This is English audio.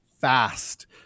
fast